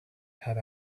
had